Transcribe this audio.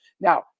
Now